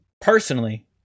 personally